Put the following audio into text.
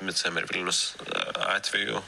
midsamer vilnius atveju